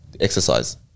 Exercise